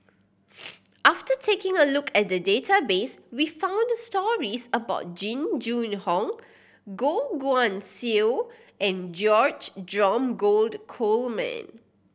after taking a look at the database we found stories about Jing Jun Hong Goh Guan Siew and George Dromgold Coleman